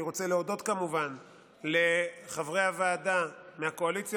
ואני רוצה להודות כמובן לחברי הוועדה מהקואליציה